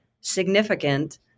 significant